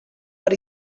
per